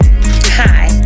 Hi